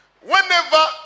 whenever